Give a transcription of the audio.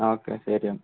okay ശരി എന്നാൽ